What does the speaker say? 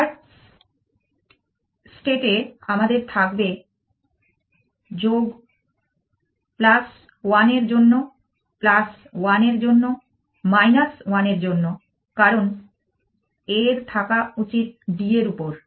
start স্টেটে আমাদের থাকবে 1 এর জন্য 1 এর জন্য 1 এর জন্য কারণ A এর থাকা উচিত d এর উপর